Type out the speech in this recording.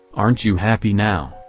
aren't you happy now,